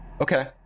Okay